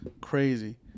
Crazy